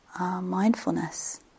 mindfulness